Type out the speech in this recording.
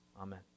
Amen